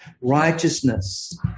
Righteousness